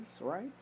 right